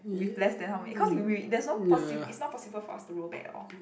with less than how many cause we there's no posi~ it's not possible for us to roll back at all